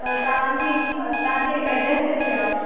त तव्हांजी तव्हांजी एड्रेस किथे आहे